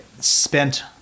spent